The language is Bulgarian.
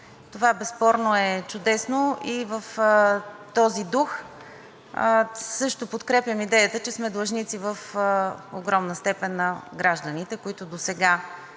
Това безспорно е чудесно и в този дух също подкрепям идеята, че сме длъжници в огромна степен на гражданите, които досега